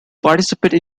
participate